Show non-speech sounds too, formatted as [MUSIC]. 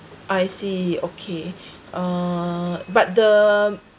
I see okay [BREATH] uh but the